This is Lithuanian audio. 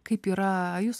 kaip yra jūs